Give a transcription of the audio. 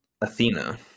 Athena